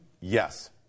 Yes